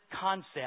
concept